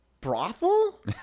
brothel